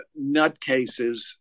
nutcases